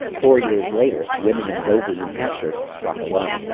four years later, women in dover, new hampshire, struck alone.